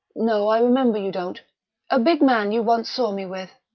no, i remember you don't a big man you once saw me with.